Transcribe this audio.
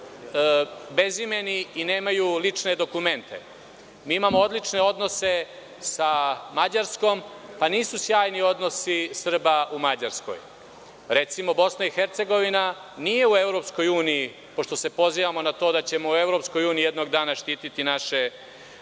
bezimeni i nemaju lične dokumente. Mi imamo odlične odnose sa Mađarskom, pa nisu sjajni odnosi Srba u Mađarskoj. Recimo, BiH nije u Evropskoj uniji, pošto se pozivamo na to da ćemo u Evropskoj uniji jednog dana štititi naše